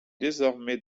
désormais